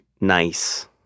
nice